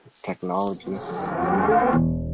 technology